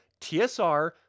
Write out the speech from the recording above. TSR